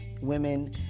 women